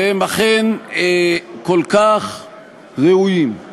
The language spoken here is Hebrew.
והם אכן כל כך ראויים,